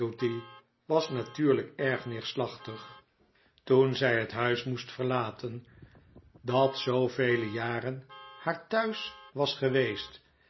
was natuurlijk erg neerslachtig toen zij het huis nicest verlaten dat zoovele jaren haar thuis was geweest